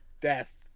death